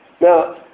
Now